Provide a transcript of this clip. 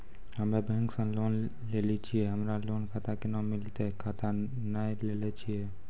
हम्मे बैंक से लोन लेली छियै हमरा लोन खाता कैना मिलतै खाता नैय लैलै छियै?